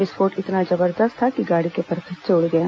विस्फोट इतना जबरदस्त था कि गाड़ी के परखच्चे उड़ गए